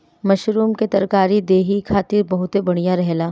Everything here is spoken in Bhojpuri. मशरूम के तरकारी देहि खातिर बहुते बढ़िया रहेला